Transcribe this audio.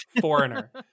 Foreigner